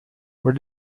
where